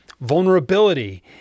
vulnerability